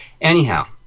anyhow